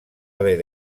haver